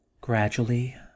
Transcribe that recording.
Gradually